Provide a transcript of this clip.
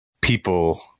people